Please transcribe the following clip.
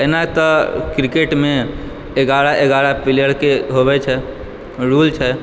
एना तऽ क्रिकेट मे ग्यारह ग्यारह प्लेयर के होबै छै रूल छै